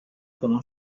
可能